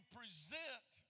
present